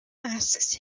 asks